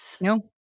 no